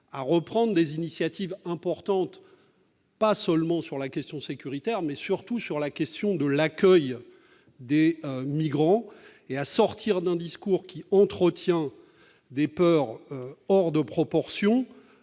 de nouveau des initiatives importantes, non seulement sur la question sécuritaire, mais surtout sur la question de l'accueil des migrants ? Est-elle prête à sortir d'un discours qui entretient des peurs hors de proportion,